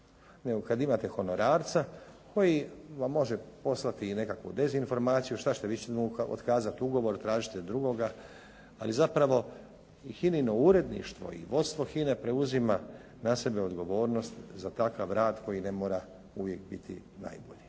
kad imate honorarca koji vam može poslati i nekakvu dezinformaciju. Šta ćete? Vi ćete mu otkazati ugovor, tražiti drugoga. Ali zapravo i HINA-ino uredništvo i vodstvo HINA-e preuzima za sebe odgovornost za takav rad koji ne mora uvijek biti najbolji.